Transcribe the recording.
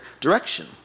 direction